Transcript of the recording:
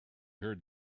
heard